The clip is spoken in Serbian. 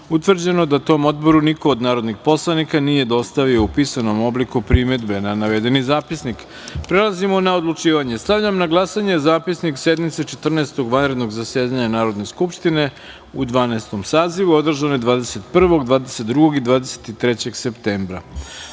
utvrđeno da tom odboru niko od narodnih poslanika nije dostavio u pisanom obliku primedbe na navedeni zapisnik. Prelazimo na odlučivanje. Stavljam na glasanje Zapisnik sednice Četrnaestog vanrednog zasedanja Narodne skupštine u Dvanaestom sazivu, održane 21, 22. i 23. septembra. Molim